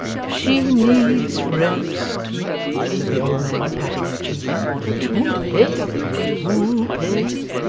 she needs rest said the old man, patting her cheek too pale too pale.